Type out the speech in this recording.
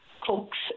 cooks